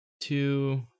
two